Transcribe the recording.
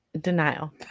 Denial